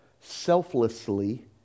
selflessly